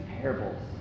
parables